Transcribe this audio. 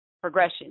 progression